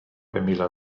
emila